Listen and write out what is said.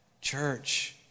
Church